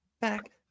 back